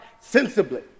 sensibly